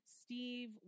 Steve